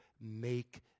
Make